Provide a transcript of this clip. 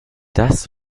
das